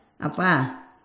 Apa